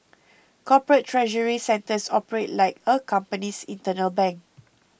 corporate treasury centres operate like a company's internal bank